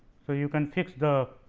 so, you can fix the